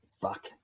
Fuck